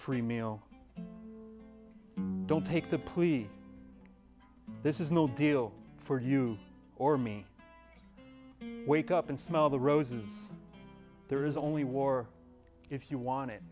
free meal don't take the police this is no deal for you or me wake up and smell the roses there is only war if you want it